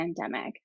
pandemic